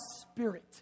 spirit